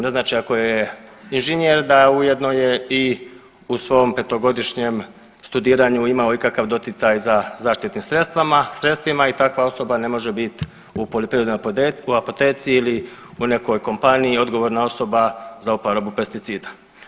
Ne znači ako je inženjer da ujedno je i u svom petogodišnjem studiranju imao ikakav doticaj sa zaštitnim sredstvima i takva osoba ne može biti u poljoprivrednoj apoteci ili u nekoj kompaniji odgovorna osoba za uporabu pesticida.